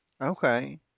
okay